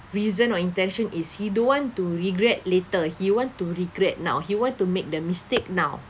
reason or intention is he don't want to regret later he want to regret now he wants to make the mistake now